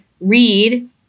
read